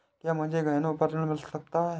क्या मुझे गहनों पर ऋण मिल सकता है?